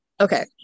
Okay